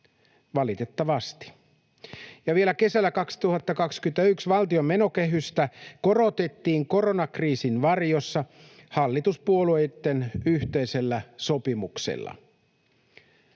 valitettavasti. Ja vielä kesällä 2021 valtion menokehystä korotettiin koronakriisin varjossa hallituspuolueitten yhteisellä sopimuksella.